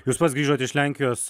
jūs pat grįžot iš lenkijos